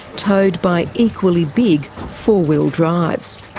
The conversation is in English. towed by equally big four-wheel drives.